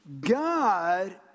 God